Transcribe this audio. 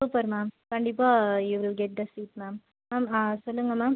super ma'am கண்டிப்பாக you will get the seat ma'am ma'am சொல்லுங்கள் ma'am